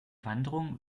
wanderung